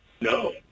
No